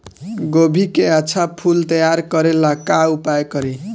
गोभी के अच्छा फूल तैयार करे ला का उपाय करी?